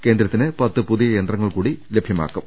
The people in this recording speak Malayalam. കേന്ദ്രത്തിന് പത്ത് പുതിയ യന്ത്രങ്ങൾ കൂടി ലഭിക്കും